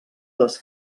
les